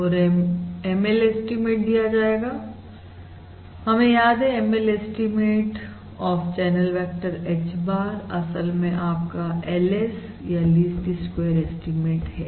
और ML estimate दिया जाएगा हमें याद है ML estimate of channel vector H bar असल में आपका LS या लीस्ट स्क्वेयर एस्टीमेट है